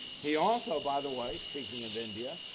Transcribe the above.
he also, by the way speaking of india,